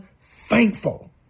thankful